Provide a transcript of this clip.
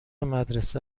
مدرسه